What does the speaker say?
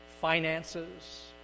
finances